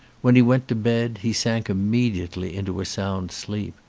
when he went to bed he sank immediately into a sound sleep.